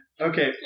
Okay